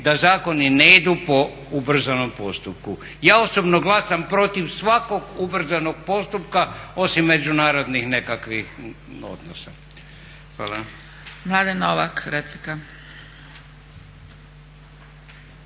da zakoni ne idu po ubrzanom postupku. Ja osobno glasam protiv svakog ubrzanog postupka osim međunarodnih nekakvih odnosa. Hvala. **Zgrebec, Dragica